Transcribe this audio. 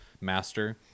master